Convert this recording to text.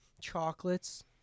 chocolates